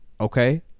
okay